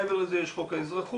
מעבר לזה יש חוק האזרחות,